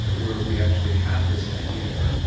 where we actually have this idea that,